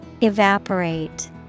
Evaporate